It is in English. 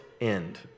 end